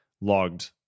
logged